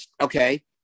okay